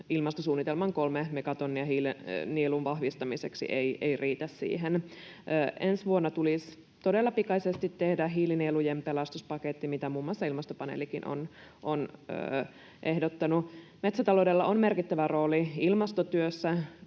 ilmastosuunnitelman kolme megatonnia hiilinielun vahvistamiseksi ei riitä siihen. Ensi vuonna tulisi todella pikaisesti tehdä hiilinielujen pelastuspaketti, mitä muun muassa Ilmastopaneelikin on ehdottanut. Metsätaloudella on merkittävä rooli ilmastotyössä.